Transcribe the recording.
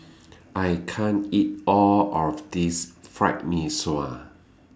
I can't eat All of This Fried Mee Sua